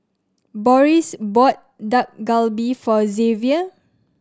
Boris bought Dak Galbi for Xzavier